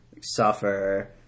suffer